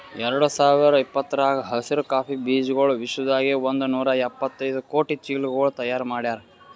ಎರಡು ಸಾವಿರ ಇಪ್ಪತ್ತರಾಗ ಹಸಿರು ಕಾಫಿ ಬೀಜಗೊಳ್ ವಿಶ್ವದಾಗೆ ಒಂದ್ ನೂರಾ ಎಪ್ಪತ್ತೈದು ಕೋಟಿ ಚೀಲಗೊಳ್ ತೈಯಾರ್ ಮಾಡ್ಯಾರ್